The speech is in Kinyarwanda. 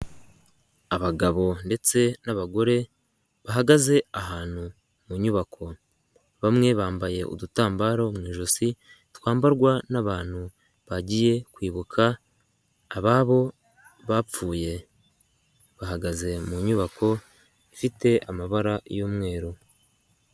Abagabo ndetse n'abagore bahagaze ahantu mu nyubako. Bamwe bambaye udutambaro mu ijosi, twambarwa n'abantu bagiye kwibuka ababo bapfuye. Bahagaze mu nyubako ifite amabara y'umweru.